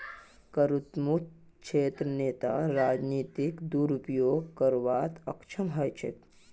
करमुक्त क्षेत्रत नेता राजनीतिक दुरुपयोग करवात अक्षम ह छेक